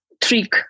trick